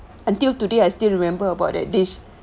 until today I still remember about that dish